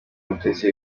umutesi